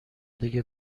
دیگه